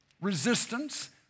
resistance